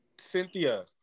Cynthia